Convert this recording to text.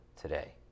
today